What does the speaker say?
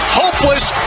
hopeless